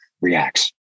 reacts